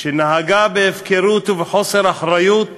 שנהגה בהפקרות ובחוסר אחריות